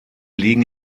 liegen